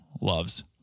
loves